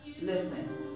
Listen